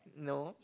no